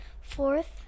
Fourth